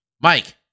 Mike